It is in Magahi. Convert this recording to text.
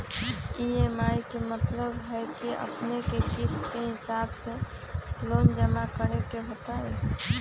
ई.एम.आई के मतलब है कि अपने के किस्त के हिसाब से लोन जमा करे के होतेई?